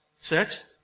Six